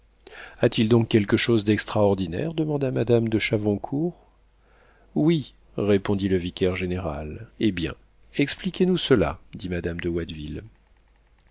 a-t-il donc quelque chose d'extraordinaire demanda madame de chavoncourt oui répondit le vicaire-général eh bien expliquez-nous cela dit madame de